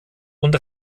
und